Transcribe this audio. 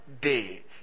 day